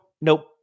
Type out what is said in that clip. nope